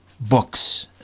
books